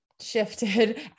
shifted